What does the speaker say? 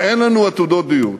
אין לנו עתודות דיור.